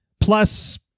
plus